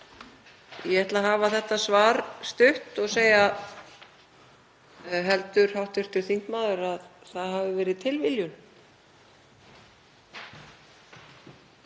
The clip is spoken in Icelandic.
Ég ætla að hafa þetta svar stutt og segja: Heldur hv. þingmaður að það hafi verið tilviljun?